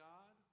God